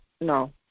No